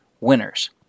winners